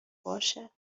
باشه